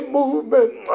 movement